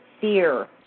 fear